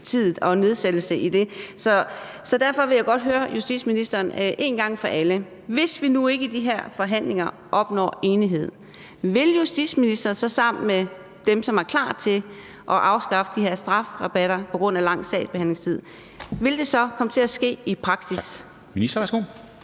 i forhold til den. Så derfor vil jeg godt høre justitsministeren en gang for alle: Hvis vi nu ikke i de her forhandlinger opnår enighed, vil justitsministeren så sammen med dem, som er klar til at afskaffe de her strafrabatter på grund af lang sagsbehandlingstid, få det til at ske i praksis?